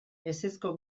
ezezko